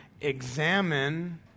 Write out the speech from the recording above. examine